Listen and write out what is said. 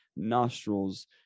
nostrils